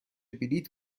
بلیط